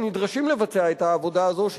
שנדרשים לבצע את העבודה הזאת,